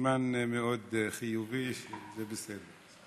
סימן מאוד חיובי שזה בסדר.